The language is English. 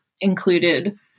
included